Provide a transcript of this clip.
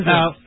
Now